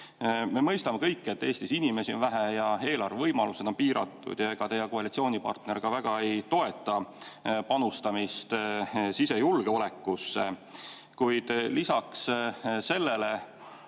Me mõistame kõik, et Eestis on inimesi vähe ja eelarve võimalused on piiratud ja ega teie koalitsioonipartner ka väga ei toeta panustamist sisejulgeolekusse. Lisaks sellele